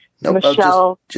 Michelle